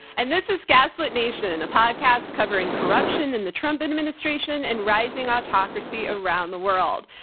and this is gaslit nation, a podcast covering corruption in the trump administration and rising autocracy around the world.